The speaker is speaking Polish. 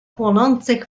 płonących